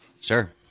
Sure